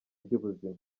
by’ubuzima